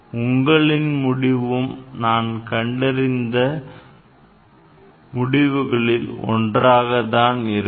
உங்களின் முடிவும் நாம் கண்டறிந்த ஒன்றாக தான் இருக்கும்